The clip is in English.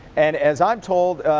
and as i'm told,